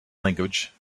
language